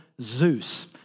Zeus